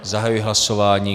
Zahajuji hlasování.